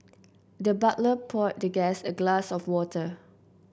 the butler poured the guest a glass of water